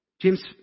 James